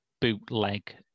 bootleg